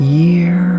year